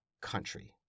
country